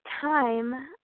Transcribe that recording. time